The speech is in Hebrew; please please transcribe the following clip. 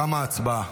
תמה ההצבעה.